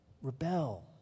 Rebel